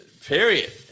Period